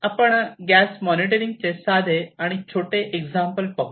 आपण गॅस मॉनिटरिंगचे साधे आणि छोटे एक्झाम्पल पाहू